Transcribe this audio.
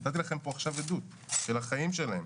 נתתי לכם פה עכשיו עדות של החיים שלהם.